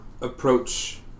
approach